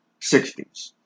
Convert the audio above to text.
60s